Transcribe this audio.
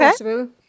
Okay